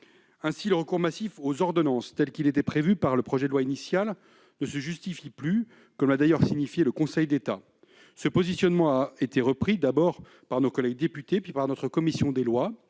Ainsi, le recours massif aux ordonnances, tel qu'il était prévu par le projet de loi initial, ne se justifie plus, comme l'a d'ailleurs signifié le Conseil d'État. Ce positionnement a d'abord été repris par nos collègues députés, puis par notre commission des lois.